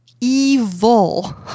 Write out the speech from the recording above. evil